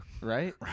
Right